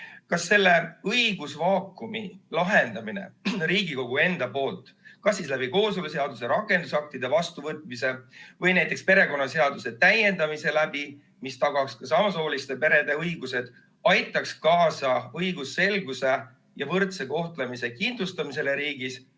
Kas selle õigusvaakumi lahendamine Riigikogus kas siis kooseluseaduse rakendusaktide vastuvõtmise või näiteks perekonnaseaduse täiendamise abil tagaks ka samasooliste perede õigused, aitaks kaasa õigusselguse ja võrdse kohtlemise kindlustamisele riigis